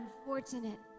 unfortunate